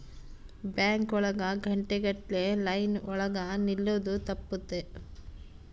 bank ಒಳಗ ಗಂಟೆ ಗಟ್ಲೆ ಲೈನ್ ಒಳಗ ನಿಲ್ಲದು ತಪ್ಪುತ್ತೆ